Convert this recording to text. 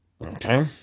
Okay